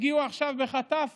הגיעו עכשיו בחטף